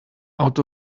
out